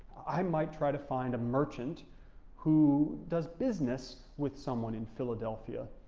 i might try to find a merchant who does business with someone in philadelphia.